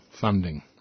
funding